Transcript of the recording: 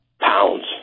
Pounds